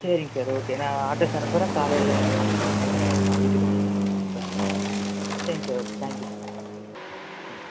சரிங் sir okay நான் அட்ரெஸ்ஸை அனுப்புகிறேன் காலையில் வாங்க சார் நேரில் பா வீட்டுக்கு வாங்க சார் ப சரிங்க சார் ஓகே தேங்க்யூ சார் ம்